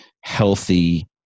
healthy